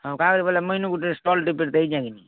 ହଁ ମୁଁ ଏବେ ଗୋଟେ ଷ୍ଟଲ୍ଟେ ଗୋଟେ ଦେଇ ଜାଣିବି